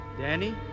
Danny